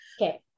Okay